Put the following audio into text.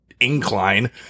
incline